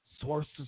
Sources